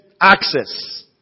access